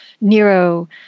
Nero